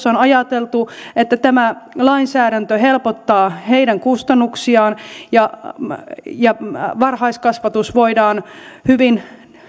on ajateltu että tämä lainsäädäntö helpottaa heidän kustannuksiaan ja ja varhaiskasvatus voidaan hyvin